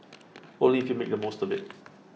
only if you make the most of IT